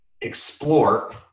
explore